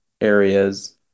areas